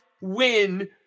win